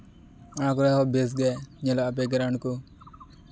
ᱚᱱᱟ ᱠᱚᱨᱮ ᱦᱚᱸ ᱵᱮᱥ ᱜᱮ ᱧᱮᱞᱚᱜᱼᱟ ᱵᱮᱠᱜᱨᱟᱩᱱᱰ ᱠᱚ